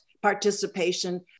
Participation